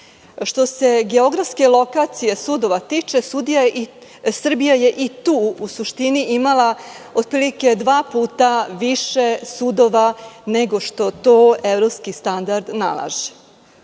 Što se geografske lokacije sudova tiče, Srbija je i tu u suštini imala otprilike dva puta više sudova nego što to evropski standard nalaže.